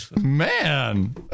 Man